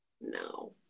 no